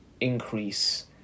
increase